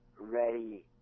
ready